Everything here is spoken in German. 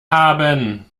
haben